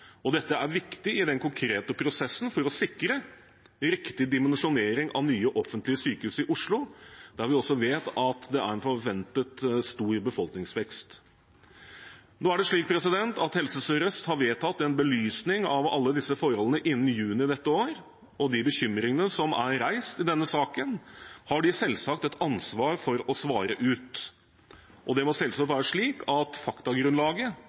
Dette er viktig i den konkrete prosessen for å sikre riktig dimensjonering av nye offentlige sykehus i Oslo, der vi også vet at det er forventet stor befolkningsvekst. Nå er det slik at Helse Sør-Øst har vedtatt en belysning av alle disse forholdene innen juni dette år, og de bekymringene som er reist i denne saken, har de selvsagt et ansvar for å svare ut. Det må selvsagt være slik at faktagrunnlaget